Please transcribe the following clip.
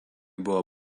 buvo